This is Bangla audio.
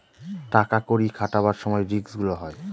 টাকা কড়ি খাটাবার সময় রিস্ক গুলো হয়